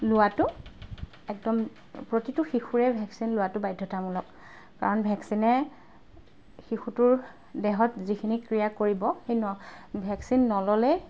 লোৱাটো একদম প্ৰতিটো শিশুৰে ভেকচিন লোৱাটো বাধ্যতামূলক কাৰণ ভেকচিনে শিশুটোৰ দেহত যিখিনি ক্ৰিয়া কৰিব সেই ভেকচিন নল'লে